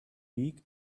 week